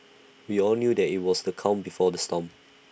we all knew that IT was the calm before the storm